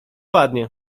ładnie